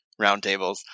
roundtables